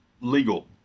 legal